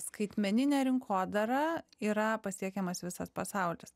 skaitmenine rinkodara yra pasiekiamas visas pasaulis